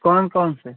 कौन कौन से